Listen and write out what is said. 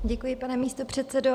Děkuji, pane místopředsedo.